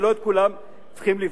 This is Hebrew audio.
ולא את כולם צריך לבדוק.